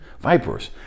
Vipers